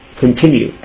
continue